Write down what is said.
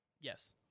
yes